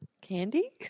Candy